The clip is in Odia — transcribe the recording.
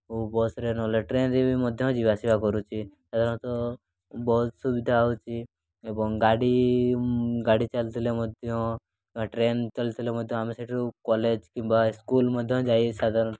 ଓ ବସ୍ରେ ନହେଲେ ଟ୍ରେନ୍ରେ ବି ମଧ୍ୟ ଯିବା ଆସିବା କରୁଛି ସାଧାରଣତଃ ବହୁତ ସୁବିଧା ହେଉଛି ଏବଂ ଗାଡ଼ି ଗାଡ଼ି ଚାଲିଥିଲେ ମଧ୍ୟ ଟ୍ରେନ୍ ଚାଲିଥିଲେ ମଧ୍ୟ ଆମେ ସେଇଠୁ କଲେଜ୍ କିମ୍ବା ସ୍କୁଲ୍ ମଧ୍ୟ ଯାଇ ସାଧାରଣତଃ